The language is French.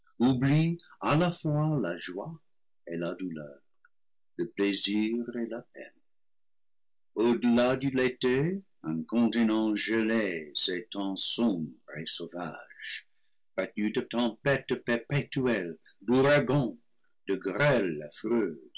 la joie et la douleur le plaisir et la peine au-delà du léthé un continent gelé s'étend sombre et sauvage battu de tempêtes perpétuelles d'ouragans de grêle